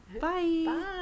Bye